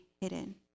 hidden